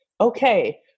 okay